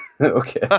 Okay